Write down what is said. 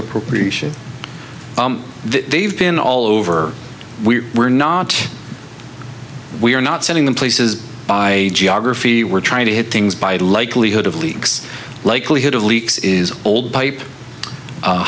appropriation they've been all over we were not we're not sending them places by geography we're trying to hit things by the likelihood of leaks likelihood of leaks is old pipe